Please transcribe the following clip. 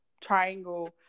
triangle